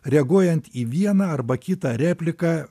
reaguojant į vieną arba kitą repliką